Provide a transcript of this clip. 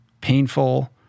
painful